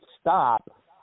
stop